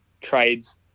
trades